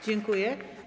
Dziękuję.